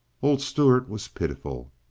old stuart was pitiful.